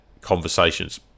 conversations